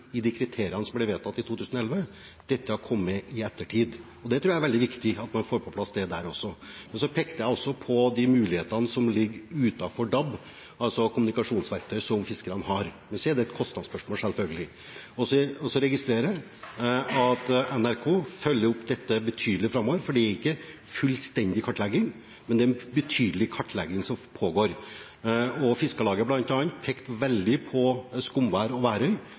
man får på plass der også. Så pekte jeg også på de mulighetene som ligger utenfor DAB, altså kommunikasjonsverktøy som fiskerne har. Men det er et kostnadsspørsmål selvfølgelig. Så registrerer jeg at NRK følger opp dette framover, for det er ikke fullstendig kartlegging, men det er en betydelig kartlegging som pågår. Fiskarlaget bl.a. pekte på Skomvær og Værøy som problemer, men der har jo fylkeskommunen i Nordland gitt positivt vedtak om å gi dispens for å sette opp disse antennene på Skomvær og likeens på Værøy.